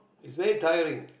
it's very tiring